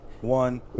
one